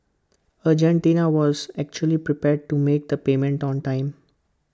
Argentina was actually prepared to make the payment on time